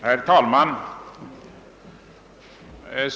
Herr talman!